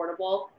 affordable